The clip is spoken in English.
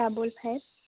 double five